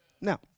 Now